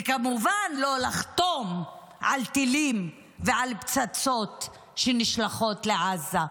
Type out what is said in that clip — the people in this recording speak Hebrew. וכמובן לא לחתום על טילים ועל פצצות שנשלחות לעזה.